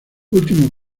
último